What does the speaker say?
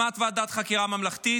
הקמת ועדת חקירה ממלכתית.